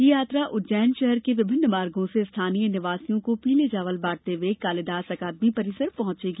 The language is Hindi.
यह यात्रा उज्जैन शहर के विभिन्न मार्गो से स्थानीय निवासियों को पीले चावल बांटते हुए कालिदास अकादमी परिसर पहुंचेगी